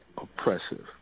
oppressive